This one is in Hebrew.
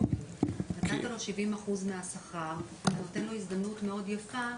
נתת לו 70% מהשכר, אתה נותן לו הזדמנות מאוד יפה,